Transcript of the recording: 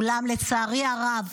אולם לצערי הרב,